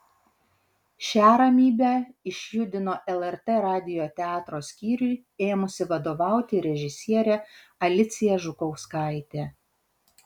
šią ramybę išjudino lrt radijo teatro skyriui ėmusi vadovauti režisierė alicija žukauskaitė